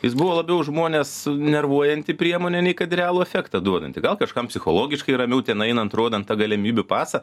jis buvo labiau žmones nervuojanti priemonė nei kad realų efektą duodanti gal kažkam psichologiškai ramiau ten einant rodant tą galimybių pasą